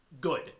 good